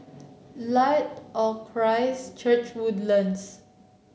Light of Christ Church Woodlands